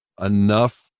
enough